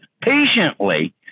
patiently